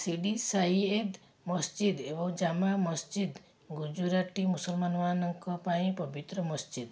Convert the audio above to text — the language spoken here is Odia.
ସିଡ଼ି ସାଇୟେଦ ମସଜିଦ୍ ଏବଂ ଜାମା ମସଜିଦ୍ ଗୁଜୁରାଟୀ ମୁସଲମାନମାନଙ୍କ ପାଇଁ ପବିତ୍ର ମସଜିଦ୍